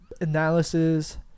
analysis